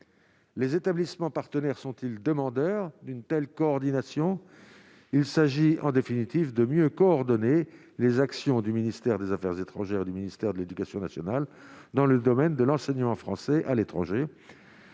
les établissements partenaires sont-ils demandeurs d'une telle coordination, il s'agit en définitive de mieux coordonner les actions du ministère des Affaires étrangères du ministère de l'Éducation nationale dans le domaine de l'enseignement français à l'étranger,